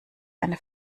eine